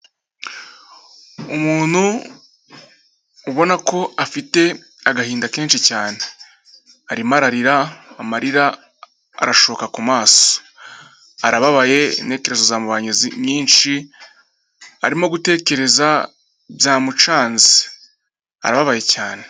Umuntu ubona ko afite agahinda kenshi cyane arimo ararira amarira arashoka ku maso, arababaye intekerezo zamubanye nyinshi, arimo gutekereza byamucanze abababaye cyane.